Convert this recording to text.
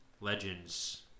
legends